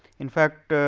in fact,